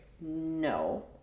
No